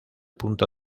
punto